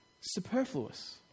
superfluous